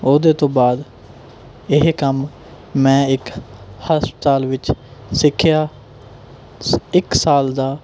ਉਹਦੇ ਤੋਂ ਬਾਅਦ ਇਹ ਕੰਮ ਮੈਂ ਇੱਕ ਹਸਪਤਾਲ ਵਿੱਚ ਸਿੱਖਿਆ ਸ ਇੱਕ ਸਾਲ ਦਾ